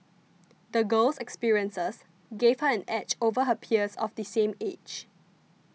the girl's experiences gave her an edge over her peers of the same age